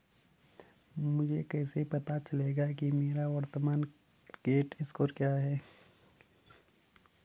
मुझे कैसे पता चलेगा कि मेरा वर्तमान क्रेडिट स्कोर क्या है?